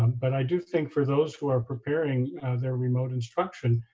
um but i do think for those who are preparing their remote instruction,